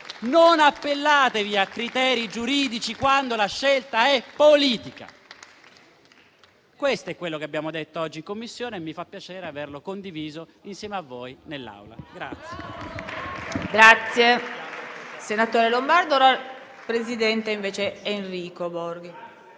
non appellatevi a criteri giuridici quando la scelta è politica. Questo è quello che abbiamo detto oggi in Commissione e mi fa piacere averlo condiviso insieme a voi in Assemblea.